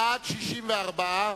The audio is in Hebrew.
בעד, 64,